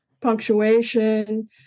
punctuation